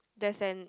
there's an